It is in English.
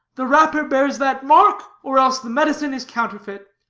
the wrapper bears that mark or else the medicine is counterfeit.